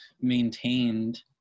maintained